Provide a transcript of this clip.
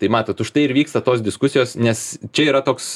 tai matot užtai ir vyksta tos diskusijos nes čia yra toks